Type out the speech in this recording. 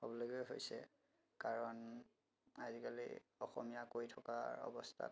হ'বলগীয়া হৈছে কাৰণ আজিকালি অসমীয়া কৈ থকাৰ অৱস্থাত